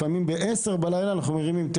לפעמים אפילו בשעה עשר בלילה אנחנו מרימים אליה